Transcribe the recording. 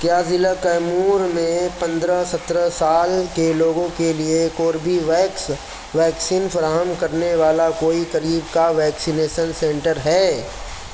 کیا ضلع کیمورمیں پندرہ سترہ سال کے لوگوں کے لیے کوربیویکس ویکسین فراہم کرنے والا کوئی قریب کا ویکسینیسن سینٹر ہے